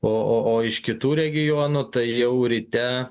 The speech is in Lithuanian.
o o o iš kitų regionų tai jau ryte